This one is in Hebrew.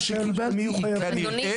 התשובה שקיבלתי היא כנראה --- אדוני,